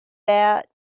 that